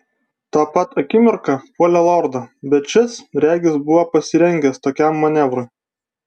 tą pat akimirką puolė lordą bet šis regis buvo pasirengęs tokiam manevrui